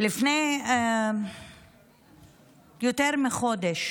לפני יותר מחודש